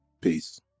Peace